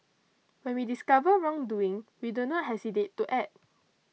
when we discover wrongdoing we do not hesitate to act